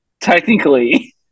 Technically